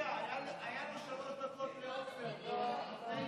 היו לעופר שלוש דקות והוא נתן לי.